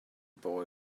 boy